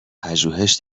پژوهش